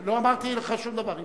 לא אמרתי לך שום דבר.